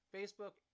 facebook